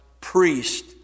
priest